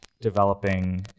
developing